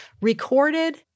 recorded